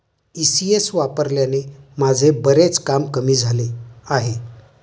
ECS वापरल्याने माझे बरेच काम कमी झाले आहे